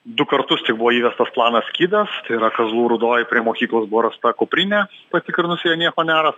du kartus tik buvo įvestas planas skydas yra kazlų rūdoj prie mokyklos buvo rasta kuprinė patikrinus joj nieko nėra